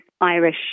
Irish